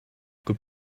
could